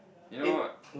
you know